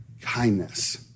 kindness